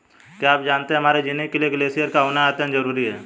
क्या आप जानते है हमारे जीने के लिए ग्लेश्यिर का होना अत्यंत ज़रूरी है?